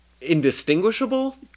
Indistinguishable